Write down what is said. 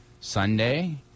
Sunday